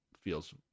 feels